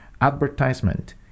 advertisement